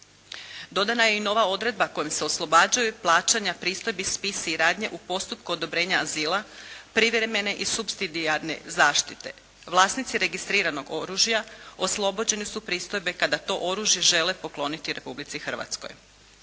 Dodana je i nova odredba kojom se oslobađaju plaćanja pristojbi spisi i radnje u postupku odobrenja azila, privremene i supsidijarne zaštite. Vlasnici registriranog oružja oslobođeni su pristojbe kada to oružje žele pokloniti Republici Hrvatskoj.